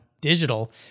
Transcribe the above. digital